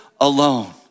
alone